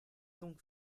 donc